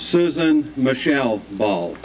susan michelle ball